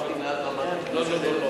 אמרתי מעל במת הכנסת.